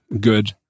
good